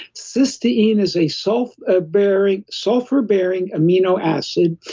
cysteine is a sulfur-bearing sulfur-bearing amino acid.